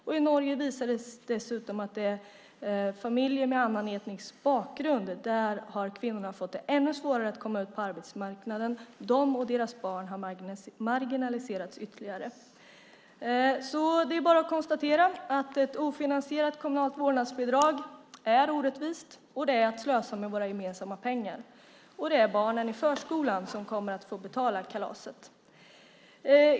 I Norge har det visat sig dessutom att i familjer med annan etnisk bakgrund har kvinnorna fått ännu svårare att komma ut på arbetsmarknaden. De och deras barn har marginaliserats ytterligare. Det är bara att konstatera att ett ofinansierat kommunalt vårdnadsbidrag är orättvist, och det är att slösa med våra gemensamma pengar. Det är barnen i förskolan som kommer att få betala kalaset.